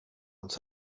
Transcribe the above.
uns